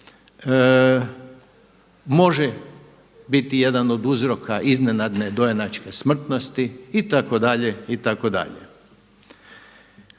može biti jedan od uzroka iznenadne dojenačke smrtnosti itd.,